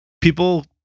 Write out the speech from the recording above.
people